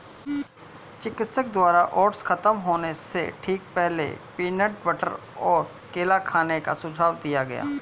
चिकित्सक द्वारा ओट्स खत्म होने से ठीक पहले, पीनट बटर और केला खाने का सुझाव दिया गया